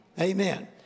Amen